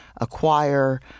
acquire